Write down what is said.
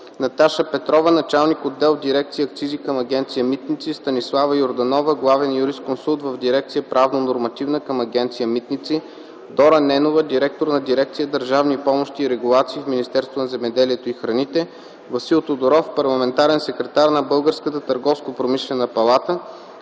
Наташа Петрова – началник отдел в дирекция „Акцизи” към Агенция „Митници”, Станислава Йорданова – главен юрисконсулт в дирекция „Правно-нормативна” към Агенция „Митници”, Дора Ненова – директор на дирекция „Държавни помощи и регулации” в Министерството на земеделието и храните, Васил Тодоров – парламентарен секретар на Българската търговско-промишлена палата,